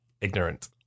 ignorant